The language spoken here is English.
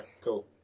cool